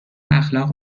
اخلاق